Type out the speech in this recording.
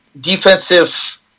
defensive